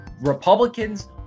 Republicans